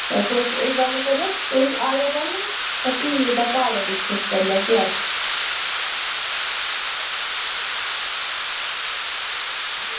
ते तुस इक्क गल्ल करेओ तुस आयो पैह्लें ते भी इसदे भाऽ गी डिसकस करी लैगे अस